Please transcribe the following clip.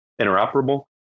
interoperable